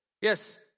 Yes